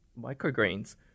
microgreens